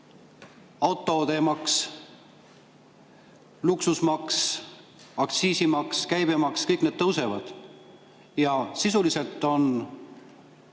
automaks, luksusemaks, aktsiisimaks, käibemaks – kõik need tõusevad. Sisuliselt te